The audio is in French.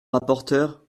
rapporteur